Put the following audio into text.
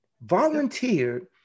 volunteered